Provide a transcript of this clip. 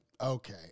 Okay